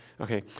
Okay